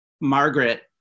Margaret